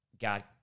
God